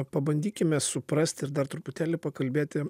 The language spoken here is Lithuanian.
pabandykime suprasti ir dar truputėlį pakalbėti